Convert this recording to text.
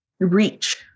reach